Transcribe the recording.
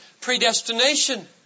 predestination